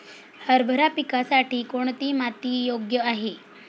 हरभरा पिकासाठी कोणती माती योग्य आहे?